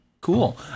Cool